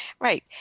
Right